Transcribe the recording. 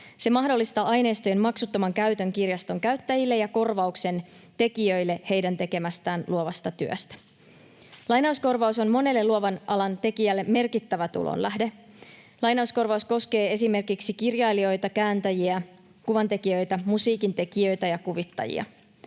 käyttäjille aineistojen maksuttoman käytön ja tekijöille korvauksen heidän tekemästään luovasta työstä. Lainauskorvaus on monelle luovan alan tekijälle merkittävä tulonlähde. Lainauskorvaus koskee esimerkiksi kirjailijoita, kääntäjiä, kuvantekijöitä, musiikintekijöitä ja kuvittajia.